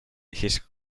his